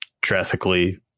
drastically